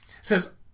says